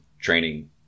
training